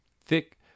thick